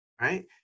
right